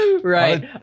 Right